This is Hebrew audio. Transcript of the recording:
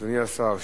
אדוני השר,